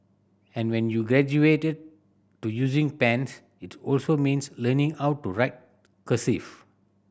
and when you graduated to using pens it also means learning how to write cursive